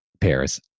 pairs